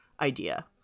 idea